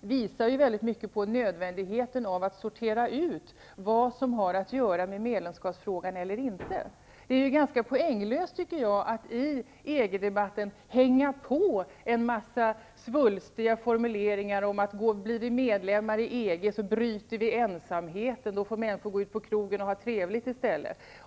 visar på nödvändigheten av att sortera ut vad som har att göra med medlemskapsfrågan och vad som inte har det. Det är ganska poänglöst att i EG-debatten hänga på en mängd svulstiga formuleringar som: Blir vi medlemmar i EG bryter vi ensamheten. Då får människor gå ut på krogen och ha trevligt i stället.